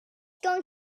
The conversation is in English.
going